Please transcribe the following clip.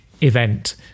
event